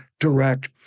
direct